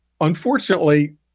unfortunately